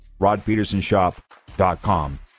rodpetersonshop.com